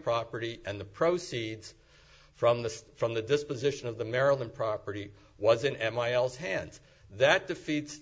property and the proceeds from the from the disposition of the maryland property was in m i l z hands that defeats